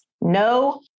no